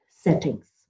settings